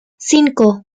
cinco